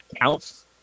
counts